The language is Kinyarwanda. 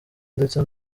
ndetse